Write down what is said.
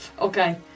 Okay